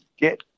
get